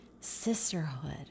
sisterhood